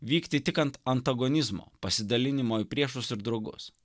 vykti tik ant antagonizmo pasidalinimo į priešus ir draugus